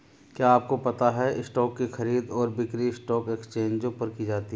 क्या आपको पता है स्टॉक की खरीद और बिक्री स्टॉक एक्सचेंजों पर की जाती है?